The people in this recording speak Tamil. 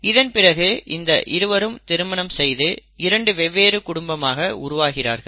இதன் பிறகு இந்த இருவரும் திருமணம் செய்து 2 வெவ்வேறு குடும்பமாக உருவாகிறார்கள்